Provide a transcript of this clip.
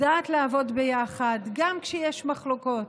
יודעת לעבוד ביחד, גם כשיש מחלוקות.